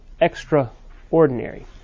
extraordinary